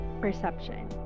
perception